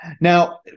Now